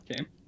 Okay